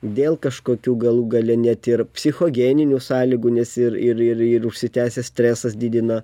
dėl kažkokių galų gale net ir psichogeninių sąlygų nes ir ir ir ir užsitęsęs stresas didina